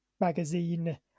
magazine